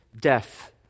death